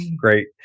Great